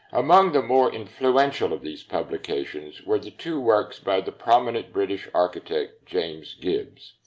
among the more influential of these publications were the two works by the prominent british architect james gibbs.